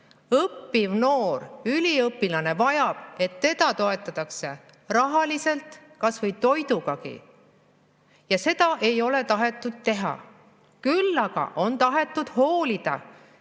Õppiv noor, üliõpilane vajab, et teda toetatakse rahaliselt, kas või toidugagi. Ja seda ei ole tahetud teha. Küll aga on tahetud hoolida